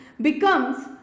becomes